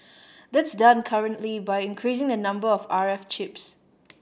that's done currently by increasing the number of R F chips